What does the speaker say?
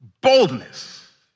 Boldness